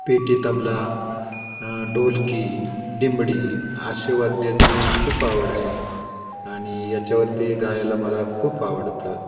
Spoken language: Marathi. पेटी तबला ढोलकी दिमडी अशा वाद्याची खूप आवड आहे आणि याच्यावरती गायला मला खूप आवडतं